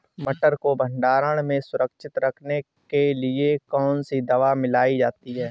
मटर को भंडारण में सुरक्षित रखने के लिए कौन सी दवा मिलाई जाती है?